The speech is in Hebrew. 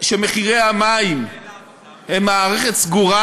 שמחירי המים הם מערכת סגורה,